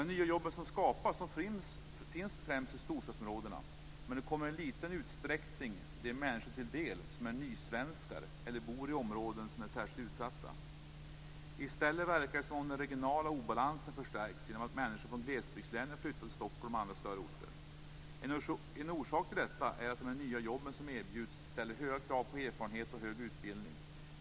De nya jobb som skapas finns främst i storstadsområdena, men de kommer i liten utsträckning de människor till del som är nysvenskar eller bor i områden som är särskilt utsatta. I stället verkar det som om den regionala obalansen förstärks genom att människor från glesbygdslänen flyttar till Stockholm och andra större orter. En orsak till detta är att de nya jobb som erbjuds ställer höga krav på erfarenhet och hög utbildning.